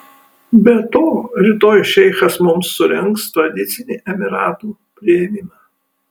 be to rytoj šeichas mums surengs tradicinį emyratų priėmimą